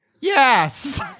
Yes